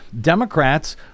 Democrats